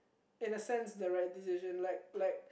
in a sense the right decision like like